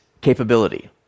capability